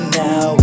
now